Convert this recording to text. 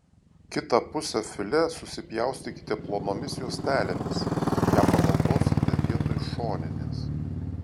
kitą pusę filė susipjaustykite plonomis juostelėmis ją panaudosite vietoj šoninės